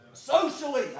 Socially